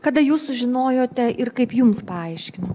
kada jūs sužinojote ir kaip jums paaiškino